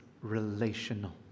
relational